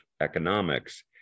economics